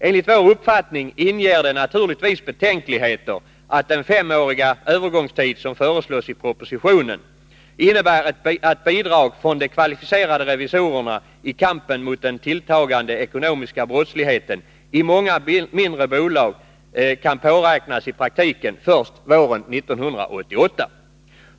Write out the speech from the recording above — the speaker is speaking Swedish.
Enligt vår uppfattning inger det naturligtvis betänkligheter att den femåriga övergångstid som föreslås i propositionen innebär att bidrag från de kvalificerade revisorerna i kampen mot den tilltagande ekonomiska brottsligheten i många mindre bolag kan påräknas i praktiken först våren 1988.